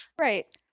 Right